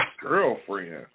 girlfriend